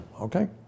Okay